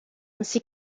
ainsi